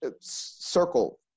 circle